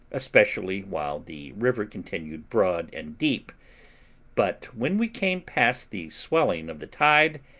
especially while the river continued broad and deep but when we came past the swelling of the tide,